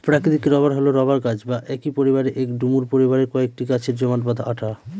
প্রাকৃতিক রবার হল রবার গাছ বা একই পরিবারের এবং ডুমুর পরিবারের কয়েকটি গাছের জমাট বাঁধা আঠা